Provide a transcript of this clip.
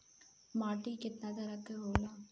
माटी केतना तरह के होला?